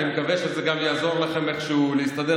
אני מקווה שזה גם יעזור לכם איכשהו להסתדר